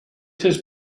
has